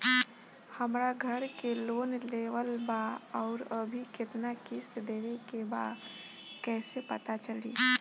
हमरा घर के लोन लेवल बा आउर अभी केतना किश्त देवे के बा कैसे पता चली?